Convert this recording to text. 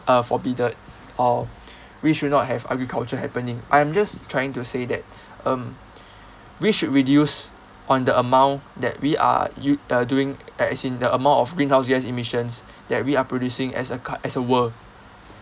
uh forbidden or we should not have agriculture happening I'm just trying to say that um we should reduce on the amount that we are you uh doing a~ as in the amount of greenhouse gas emissions that we are producing as a car~ as a world